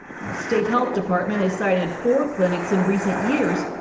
and the state health department has cited four clinics in recent years.